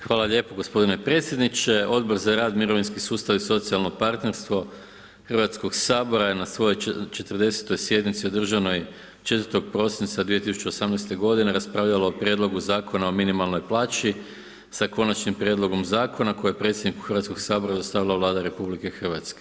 Hvala lijepo gospodine predsjedniče, Odbor za rad, mirovinski sustav i socijalno partnerstvo Hrvatskog sabora je na svojoj 40. sjednici održanoj 4. prosinca 2018. raspravljalo o Prijedlogu Zakona o minimalnoj plaći sa konačnim prijedlog zakona koje je predsjedniku Hrvatskog sabora dostavila Vlada RH.